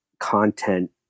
Content